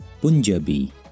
Punjabi